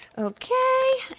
okay,